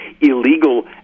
illegal